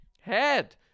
head